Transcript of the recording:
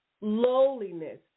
Lowliness